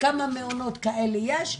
כמה מאות מעונות כאלה יש?